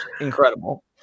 incredible